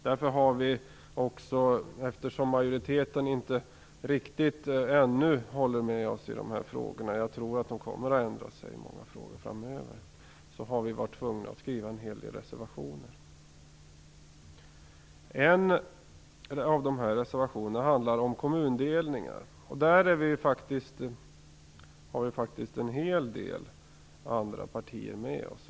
Därför har vi också, eftersom majoriteten inte riktigt ännu håller med oss i dessa frågor - jag tror att man kommer att ändra sig i många frågor framöver - varit tvungna att skriva en hel del reservationer. En av dessa reservationer handlar om kommundelningar. Där har vi faktiskt en hel del andra partier med oss.